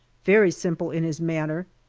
very simple in his manner,